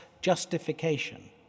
justification